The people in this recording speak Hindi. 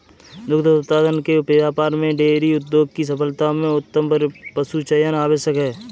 दुग्ध उत्पादन के व्यापार में डेयरी उद्योग की सफलता में उत्तम पशुचयन आवश्यक है